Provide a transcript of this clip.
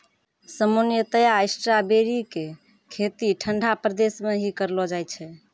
सामान्यतया स्ट्राबेरी के खेती ठंडा प्रदेश मॅ ही करलो जाय छै